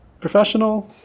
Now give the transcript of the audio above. professional